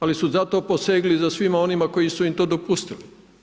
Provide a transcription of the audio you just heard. Ali su zato posegli za svima onima koji su im to dopustili.